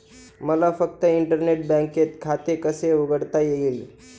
मला फक्त इंटरनेट बँकेत खाते कसे उघडता येईल?